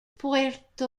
puerto